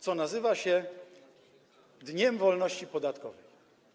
co nazywa się dniem wolności podatkowej.